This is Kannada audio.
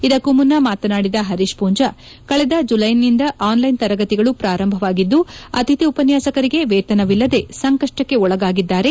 ಇದಕ್ಕೂ ಮುನ್ನ ಮಾತನಾಡಿದ ಹರೀಶ್ ಪೂಂಜಾ ಕಳೆದ ಜುಲ್ವೆನಿಂದ ಆನ್ಲೈನ್ ತರಗತಿಗಳು ಪ್ರಾರಂಭವಾಗಿದ್ದು ಅತಿಥಿ ಉಪನ್ಯಾಸಕರಿಗೆ ವೇತನವಿಲ್ಲದೆ ಸಂಕಷ್ವಕ್ಕೆ ಒಳಗಾಗಿದ್ದಾರೆ